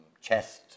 chest